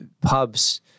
pubs